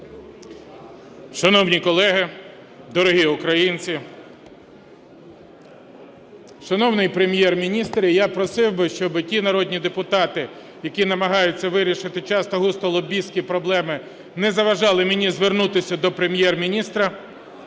Шановні колеги, дорогі українці! Шановний Прем'єр-міністр, я просив би, щоби ті народні депутати, які намагаються вирішити часто-густо лобістські проблеми, не заважали мені звернутися до Прем'єр-міністра.